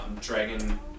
dragon